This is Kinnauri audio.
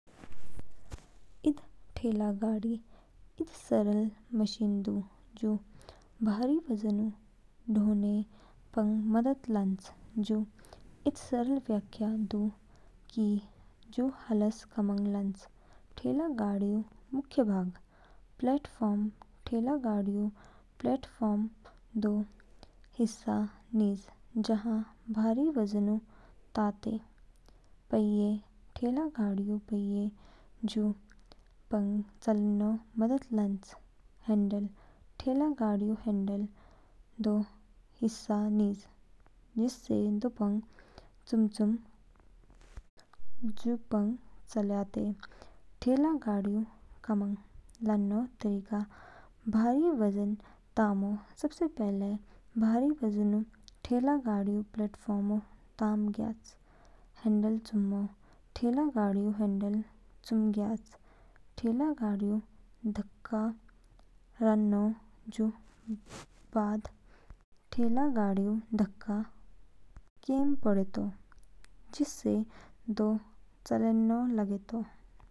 इद ठेलागाड़ी इद सरल मशीन दू जू भारी वज़नऊ ढोने पंग मदद लान्च। जू इद सरल व्याख्या दू कि जू हाला कामंग लानतो। ठेलागाड़ीऊ मुख्य भाग प्लेटफ़ॉर्म ठेलागाड़ीऊ प्लेटफ़ॉर्म दो हिस्सा निज जहाँ भारी वज़नऊ ताते। पहिये ठेलागाड़ीऊ पहिये जू पंग चालेनो मदद लान्च। हैंडल ठेलागाड़ीऊ हैंडल दो हिसा निज जिसे दोपंग चुमचुम जू पंग चयाते। ठेलागाड़ीऊ कामंग लानो तरीका। भारी वज़न तामो सबसे पहले, भारी वज़नऊ ठेलागाड़ीओ प्लेटफ़ॉर्मऊ ताम ज्ञयाच। हैंडल चुमो, ठेलागाड़ीऊ हैंडल चुकोज्ञयाच। ठेलागाड़ीऊ धक्का रानो जू बाद, ठेलागाड़ीऊ धक्का केम पड़ेतो, जिससे दो चालेन लागेतो।